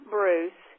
Bruce